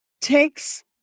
takes